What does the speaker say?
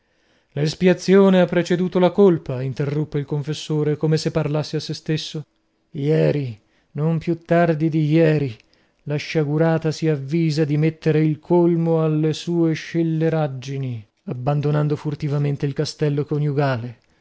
l'espiazione ha preceduto la colpa interruppe il confessore come se parlasse a sè stesso ieri non più tardi di ieri la sciagurata si avvisa di mettere il colmo alle sue scelleraggini abbandonando furtivamente il castello coniugale